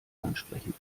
ansprechend